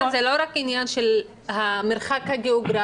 זה לא רק העניין של המרחק הגיאוגרפי,